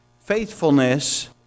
Faithfulness